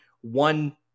one